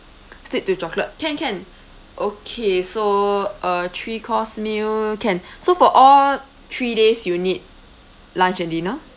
stick to chocolate can can okay so uh three course meal can so for all three days you need lunch and dinner